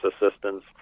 assistance